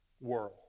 world